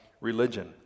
religion